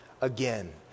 again